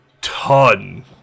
ton